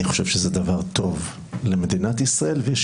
אני חושב שזה דבר טוב למדינת ישראל ויש